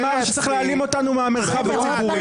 צעד אחד קדימה ואמר שצריך להעלים אותנו מהמרחב הציבורי.